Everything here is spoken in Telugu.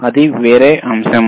అది వేరే అంశం